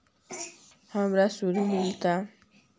हमरा शुद्ध मिलता?